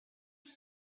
wir